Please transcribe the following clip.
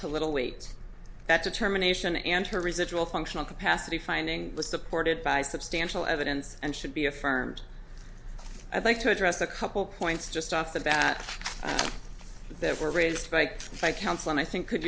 to little weight that determination and her residual functional capacity finding was supported by substantial evidence and should be affirmed i'd like to address a couple points just off the bat that were raised by my counsel and i think could